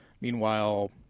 meanwhile